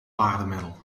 paardenmiddel